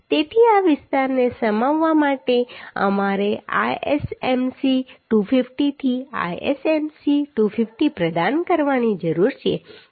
તેથી આ વિસ્તારને સમાવવા માટે અમારે ISMC 250 થી ISMC 250 પ્રદાન કરવાની જરૂર છે